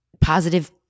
positive